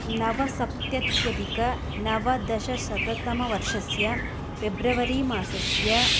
नवसप्त्यतधिकनवदशशततमवर्षस्य पेब्रवरि मासस्य